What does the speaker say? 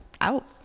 out